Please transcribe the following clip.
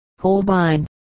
Holbein